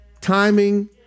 Timing